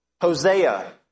Hosea